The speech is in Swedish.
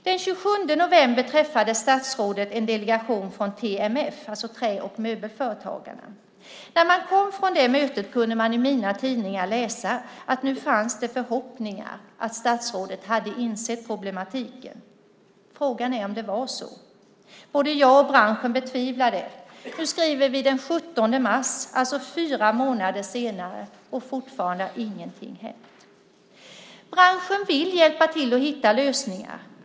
Den 27 november träffade statsrådet en delegation från TMF, Trä och Möbelindustriförbundet. Efter det mötet kunde man i tidningar hemma läsa att nu fanns det förhoppningar att statsrådet hade insett problemen. Frågan är om det var så. Både jag och branschen betvivlar det. Nu skriver vi den 17 mars, fyra månader senare, och fortfarande har ingenting hänt. Branschen vill hjälpa till att hitta lösningar.